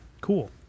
Cool